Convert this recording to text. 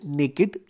naked